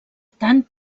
tant